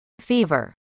fever